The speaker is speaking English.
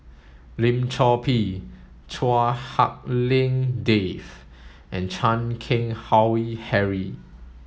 Lim Chor Pee Chua Hak Lien Dave and Chan Keng Howe Harry